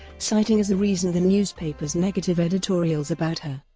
citing as a reason the newspaper's negative editorials about her.